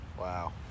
Wow